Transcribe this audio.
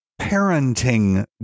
parenting